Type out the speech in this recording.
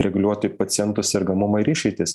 reguliuoti paciento sergamumą ir išeitis